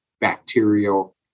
bacterial